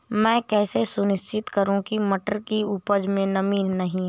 मैं कैसे सुनिश्चित करूँ की मटर की उपज में नमी नहीं है?